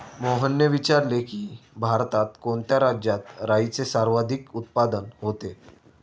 मोहनने विचारले की, भारतात कोणत्या राज्यात राईचे सर्वाधिक उत्पादन होते?